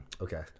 Okay